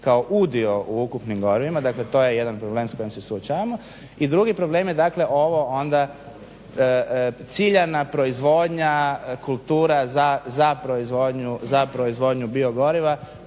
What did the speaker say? kao udio u ukupnim gorivima. Dakle, to je jedan problem s kojim se suočavamo. I drugi problem je dakle, ovo onda ciljana proizvodnja kultura za proizvodnju biogoriva